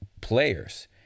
players